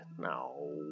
No